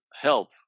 help